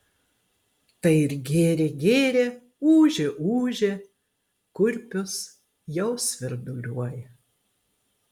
tai ir gėrė gėrė ūžė ūžė kurpius jau svirduliuoja